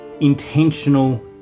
intentional